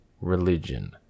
religion